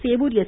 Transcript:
Sevur S